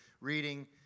Reading